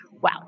Wow